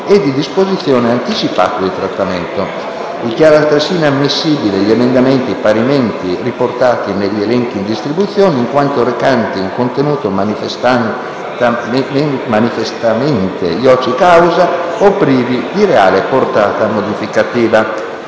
e di disposizioni anticipate di trattamento. Dichiara altresì inammissibili gli emendamenti parimenti riportati negli elenchi in distribuzione in quanto recanti un contenuto manifestamente *ioci causa* o privi di reale portata modificativa.